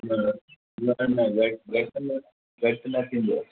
न न न घटि घटि घटि न थींदो